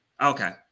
okay